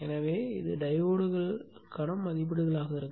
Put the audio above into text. எனவே இது டையோடுக்கான மதிப்பீடுகளாக இருக்கும்